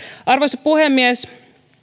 arvoisa puhemies